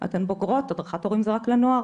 כי הן בוגרות והדרכת הורים זה רק לנוער